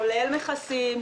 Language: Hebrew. כולל מכסים,